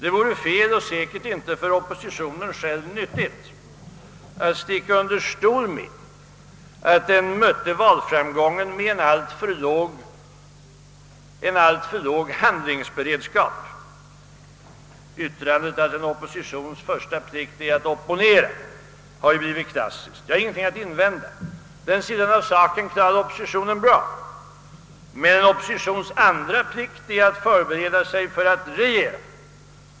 Det vore felaktigt och för oppositionen själv säkert inte nyttigt att sticka under stol med att den mötte valframgången med alltför låg handlingsberedskap. Yttrandet att en oppositions första plikt är att opponera har ju blivit klassiskt. Jag har ingenting att invända mot det. Den sidan av saken klarade oppositionen bra. Men en oppositions andra plikt är att förbereda sig för att regera.